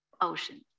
ocean